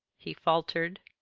he faltered.